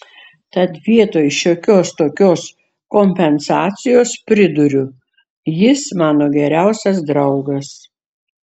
tad vietoj šiokios tokios kompensacijos priduriu jis mano geriausias draugas